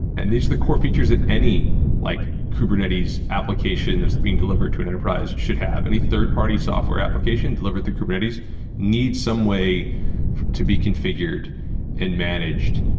and these are the core features that any like kubernetes application that's been delivered to an enterprise should have. any third-party software application delivered through kubernetes needs some way to be configured and managed,